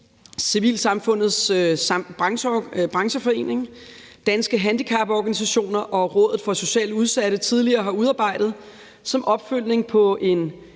Civilsamfundets Brancheforening, Danske Handicaporganisationer og Rådet for Socialt Udsatte tidligere har udarbejdet som opfølgning på en